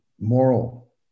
moral